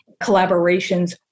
collaborations